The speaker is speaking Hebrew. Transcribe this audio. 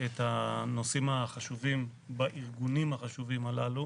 את הנושאים החשובים בארגונים החשובים הללו